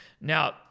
now